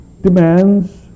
demands